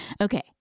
Okay